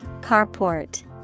Carport